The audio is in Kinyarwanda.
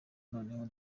noneho